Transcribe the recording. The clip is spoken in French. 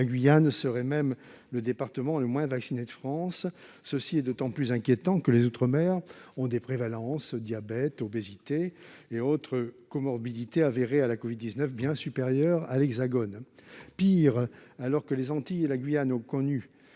La Guyane serait même le département le moins vacciné de France. C'est d'autant plus inquiétant que les outre-mer ont des prévalences de diabète, d'obésité et d'autres comorbidités avérées à la covid-19 bien supérieures à l'Hexagone. Pire, alors que les Antilles et la Guyane ont connu